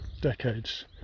decades